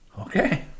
Okay